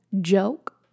joke